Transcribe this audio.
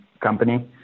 company